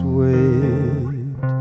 wait